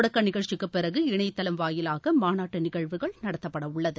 தொடக்க நிகழ்ச்சிக்கு பிறகு இணையதளம் வாயிலாக மாநாட்டு நிகழ்வுகள் நடத்தப்படவுள்ளது